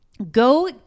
Go